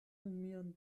mian